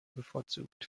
bevorzugt